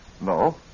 No